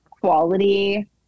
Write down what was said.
quality